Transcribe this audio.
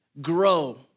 grow